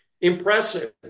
impressive